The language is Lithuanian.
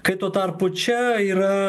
kai tuo tarpu čia yra